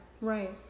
Right